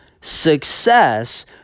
Success